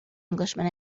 englishman